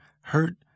hurt